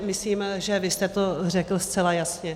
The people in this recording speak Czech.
Myslím, že vy jste to řekl zcela jasně.